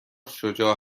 شجاع